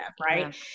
Right